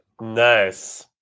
Nice